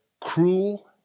cruel